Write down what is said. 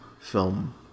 film